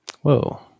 Whoa